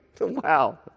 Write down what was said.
Wow